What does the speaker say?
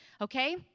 Okay